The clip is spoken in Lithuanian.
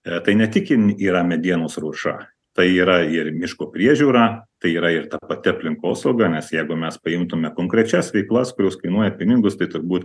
yra tai ne tik yra medienos ruoša tai yra ir miško priežiūra tai yra ir ta pati aplinkosauga nes jeigu mes paimtume konkrečias veiklas kurios kainuoja pinigus tai turbūt